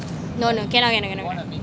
no no cannot cannot cannot